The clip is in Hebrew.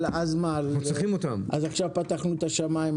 אבל עכשיו פתחנו את השמיים,